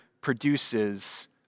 produces